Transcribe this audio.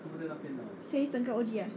谁整个 O_G ah